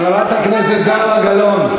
חברת הכנסת זהבה גלאון.